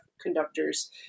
conductors